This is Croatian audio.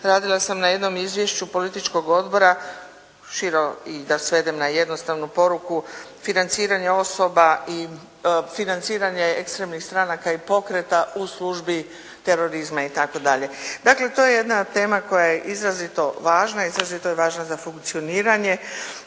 radila sam na jednom izvješću političkog odbora da svedem na jednostavnu poruku financiranje osoba, financiranje ekstremnih stranaka i pokreta u službi terorizma itd. Dakle, to je jedna tema koja je izrazito važna. Izrazito je važna za funkcioniranje